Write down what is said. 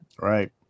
Right